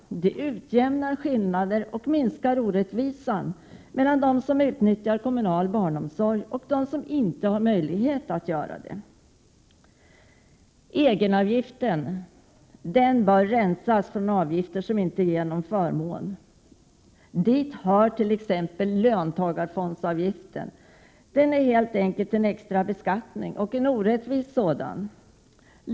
Det utjämnar skillnader och minskar orättvisan mellan dem som utnyttjar kommunal barnomsorg och dem som inte har möjlighet att göra det. Egenavgiften bör rensas från avgifter som inte ger någon förmån. Dit hör t.ex. löntagarfondsavgiften. Den är helt enkelt en extra beskattning — en orättvis sådan.